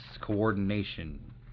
coordination